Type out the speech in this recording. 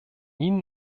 ihnen